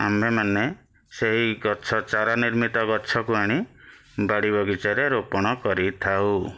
ଆମ୍ଭେମାନେ ସେହି ଗଛ ଚାରା ନିର୍ମିତ ଗଛକୁ ଆଣି ବାଡ଼ି ବଗିଚାରେ ରୋପଣ କରିଥାଉ